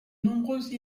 nombreuses